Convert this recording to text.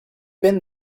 been